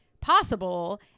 possible